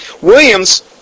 Williams